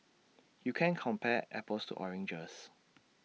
you can't compare apples to oranges